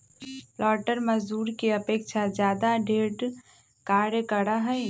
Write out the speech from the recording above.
पालंटर मजदूर के अपेक्षा ज्यादा दृढ़ कार्य करा हई